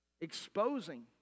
exposing